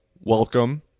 welcome